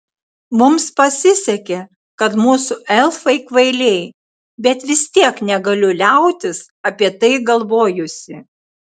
mums pasisekė kad mūsų elfai kvailiai bet vis tiek negaliu liautis apie tai galvojusi